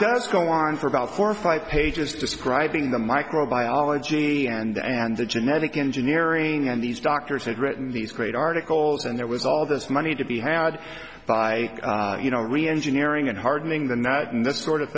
does go on for about four or five pages describing the microbiology and the genetic engineering and these doctors had written these great articles and there was all this money to be had by you know really engineering and hardening than that and this sort of